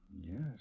Yes